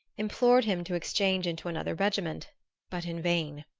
implored him to exchange into another regiment but in vain.